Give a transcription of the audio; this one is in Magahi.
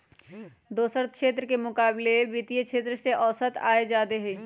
दोसरा क्षेत्र के मुकाबिले वित्तीय क्षेत्र में औसत आय जादे हई